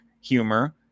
humor